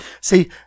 See